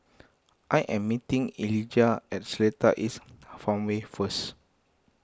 I am meeting Elijah at Seletar East Farmway first